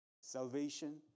Salvation